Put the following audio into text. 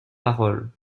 parole